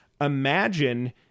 Imagine